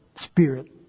spirit